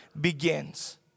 begins